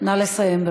נא לסיים.